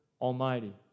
Almighty